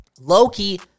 Loki